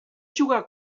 jugà